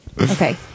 Okay